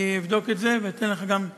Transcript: אני אבדוק את זה ואתן לך תשובה.